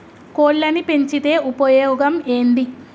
కోళ్లని పెంచితే ఉపయోగం ఏంది?